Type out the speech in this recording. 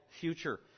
future